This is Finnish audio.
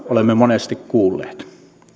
olemme monesti kuulleet